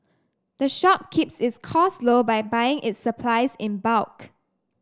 the shop keeps its costs low by buying its supplies in bulk